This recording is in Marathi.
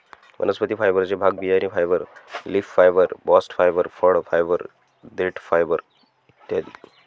वनस्पती फायबरचे भाग बियाणे fibre, leaf fibre, bast fibre, फळ फायबर, देठ फायबर इ